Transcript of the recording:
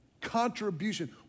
Contribution